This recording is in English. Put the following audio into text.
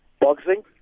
Boxing